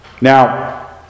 Now